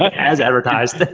ah has advertised